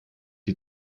die